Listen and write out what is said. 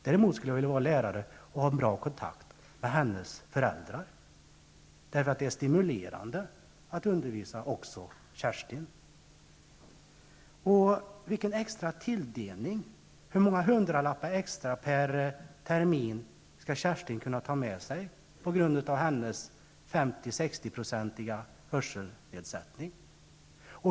Däremot skulle jag vilja vara lärare och ha en bra kontakt med hennes föräldrar -- det är stimulerande att undervisa också Kerstin. Vilken extra tilldelning, hur många hundralappar extra per termin, skall Kerstin kunna ta med sig på grund av sin 50--60-procentiga hörselnedsättning?